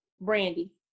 Brandy